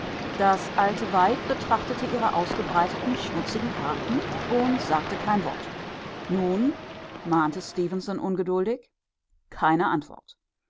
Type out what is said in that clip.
das alte weib betrachtete ihre ausgebreiteten schmutzigen karten und sagte kein wort nun mahnte stefenson ungeduldig keine antwort